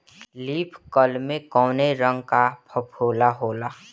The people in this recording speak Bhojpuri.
लीफ कल में कौने रंग का फफोला होला?